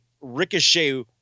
Ricochet